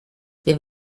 wir